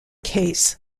case